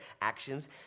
actions